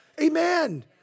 Amen